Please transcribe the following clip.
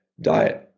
diet